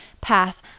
path